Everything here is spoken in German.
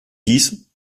dies